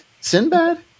Sinbad